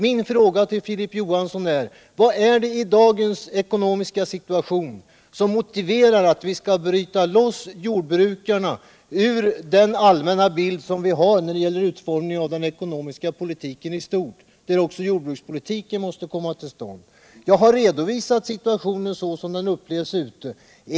Min fråga till Filip Johansson är: Vad är det i dagens ekonomiska situation som motiverar att vi skall bryta loss jordbrukarna ur den allmänna bild som vi har av utformningen av den ekonomiska politiken i stort, där också jordbrukspolitiken måste komma in? Jag har redovisat situationen så som den upplevs ute i landet.